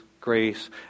grace